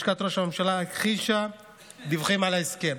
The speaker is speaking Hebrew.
לשכת ראש הממשלה הכחישה דיווחים על ההסכם.